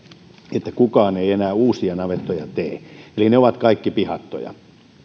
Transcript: että kukaan ei enää uusia navettoja tee eli ne ovat kaikki pihattoja eikä